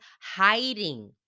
hiding